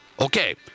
okay